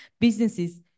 businesses